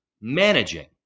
managing